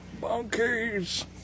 Monkeys